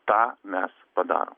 tą mes padarom